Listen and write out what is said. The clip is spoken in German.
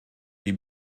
die